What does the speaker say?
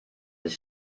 des